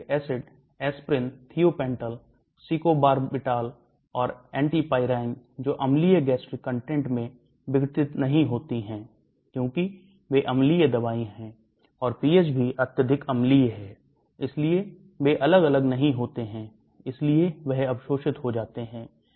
Salisylic acid aspirin thiopental secobarbital और antipyrine जो अम्लीय gastric content में विघटित नहीं होती है क्योंकि वे अम्लीय दवाएं हैं और pH भी अत्यधिक अम्लीय है इसलिए वे अलग अलग नहीं होते हैं इसलिए वह अबशोषित हो जाते हैं